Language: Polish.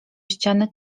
ściany